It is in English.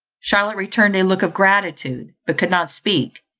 charlotte returned a look of gratitude, but could not speak,